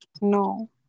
No